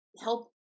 help